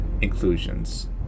inclusions